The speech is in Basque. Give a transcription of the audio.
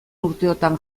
urteotan